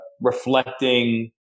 reflecting